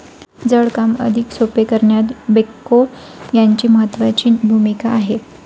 जड काम अधिक सोपे करण्यात बेक्हो यांची महत्त्वाची भूमिका आहे